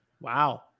Wow